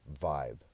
vibe